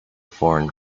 foreign